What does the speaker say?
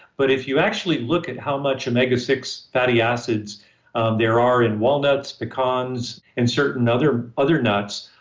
but if you actually look at how much omega six fatty acids um there are in walnuts, pecans, and certain other other nuts,